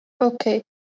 Okay